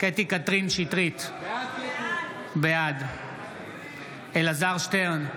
קטי קטרין שטרית, בעד אלעזר שטרן,